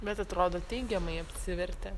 bet atrodo teigiamai apsivertė